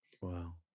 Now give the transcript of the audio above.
Wow